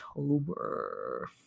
October